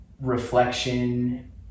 reflection